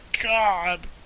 God